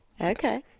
Okay